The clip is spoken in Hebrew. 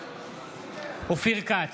בעד אופיר כץ,